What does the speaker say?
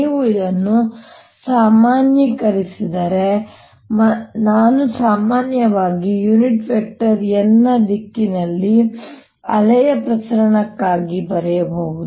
ನೀವು ಇದನ್ನು ಸಾಮಾನ್ಯೀಕರಿಸಿದರೆ ನಾನು ಸಾಮಾನ್ಯವಾಗಿ ಯೂನಿಟ್ ವೆಕ್ಟರ್ n ನ ದಿಕ್ಕಿನಲ್ಲಿ ಅಲೆಯ ಪ್ರಸರಣಕ್ಕಾಗಿ ಬರೆಯಬಹುದು